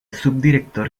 subdirector